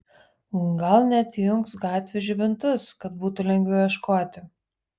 gal net įjungs gatvių žibintus kad būtų lengviau ieškoti